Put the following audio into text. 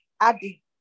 Adi